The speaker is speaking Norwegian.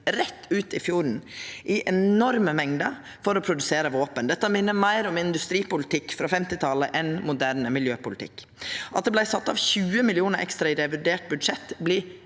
rett ut i fjorden i enorme mengder for å produsera våpen. Dette minner meir om industripolitikk frå 1950-talet enn moderne miljøpolitikk. At det vart sett av 20 mill. kr ekstra i revidert budsjett,